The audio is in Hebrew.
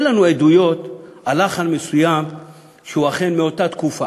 אין לנו עדויות על לחן מסוים שהוא אכן מאותה תקופה.